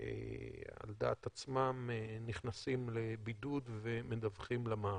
ועל דעת עצמם נכנסים לבידוד ומדווחים למערכת.